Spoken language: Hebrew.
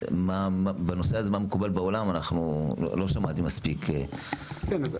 ולא שמעתי מספיק מה מקובל בעולם בנושא הזה.